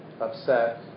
upset